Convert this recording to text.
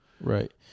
Right